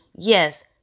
Yes